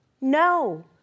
No